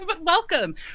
welcome